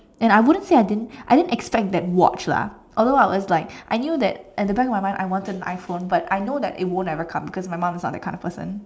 and I wouldn't say I didn't I didn't expect that watch lah although I was like I knew that at the back of my mind I wanted an iPhone but I know it won't ever come cause my mum is not that kind of person